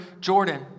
Jordan